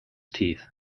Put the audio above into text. teeth